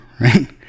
right